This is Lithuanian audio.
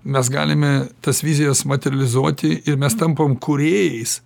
mes galime tas vizijas materializuoti ir mes tampam kūrėjais